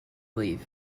leave